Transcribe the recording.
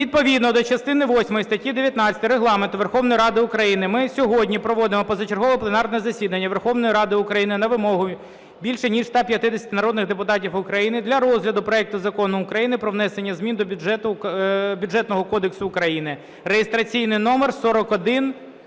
Відповідно до частини восьмої статті 19 Регламенту Верховної Ради України ми сьогодні проводимо позачергове пленарне засідання Верховної Ради України на вимогу більш ніж 150 народних депутатів України для розгляду проекту Закону України про внесення змін до Бюджетного кодексу України (реєстраційний номер 4100-д).